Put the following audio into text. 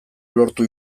lortu